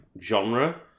genre